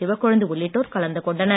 சிவக்கொழுந்து உள்ளிட்டோர் கலந்து கொண்டனர்